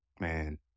Man